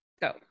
Go